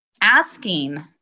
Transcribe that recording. asking